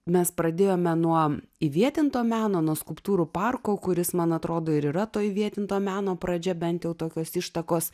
mes pradėjome nuo įvietinto meno nuo skulptūrų parko kuris man atrodo ir yra to įvietinto meno pradžia bent jau tokios ištakos